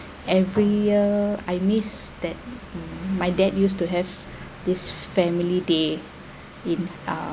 every year I miss that mm my dad used to have this family day in uh